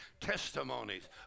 testimonies